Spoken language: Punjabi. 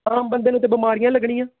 ਆਮ ਬੰਦੇ ਨੂੰ ਤਾਂ ਬਿਮਾਰੀਆਂ ਲੱਗਣੀਆਂ